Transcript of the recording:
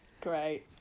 great